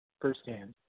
firsthand –